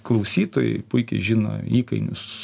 klausytojai puikiai žino įkainius